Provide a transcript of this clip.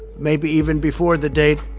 maybe even before the date